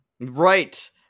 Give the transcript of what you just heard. Right